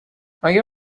آیا